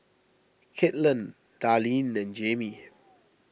Caitlin Darleen and Jaime